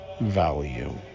value